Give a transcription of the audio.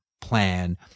plan